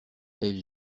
elle